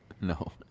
No